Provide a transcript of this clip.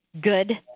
good